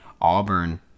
Auburn